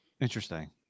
Interesting